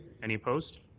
any opposed?